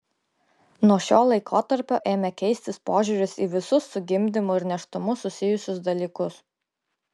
nuo šio laikotarpio ėmė keistis požiūris į visus su gimdymu ir nėštumu susijusius dalykus